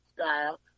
style